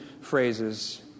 phrases